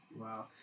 Wow